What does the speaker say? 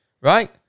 right